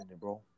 bro